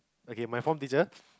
okay my form teacher